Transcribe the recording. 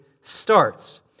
starts